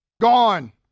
gone